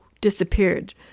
disappeared